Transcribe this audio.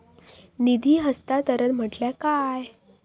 निधी हस्तांतरण म्हटल्या काय?